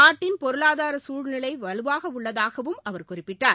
நாட்டின் பொருளாதார சூழ்நிலை வலுவாக உள்ளதாகவும் அவர் குறிப்பிட்டார்